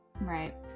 Right